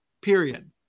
period